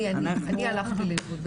אני אני הלכתי לאיבוד.